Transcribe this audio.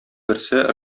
берсе